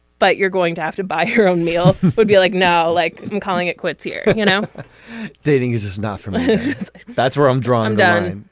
but you're going to have to buy her own meal would be like now like calling it quits here you know dating is is not for me that's where i'm drawn down